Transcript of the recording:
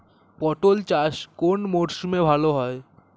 পটল চাষ কোন মরশুমে ভাল হয়?